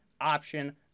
option